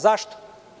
Zašto?